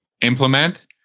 implement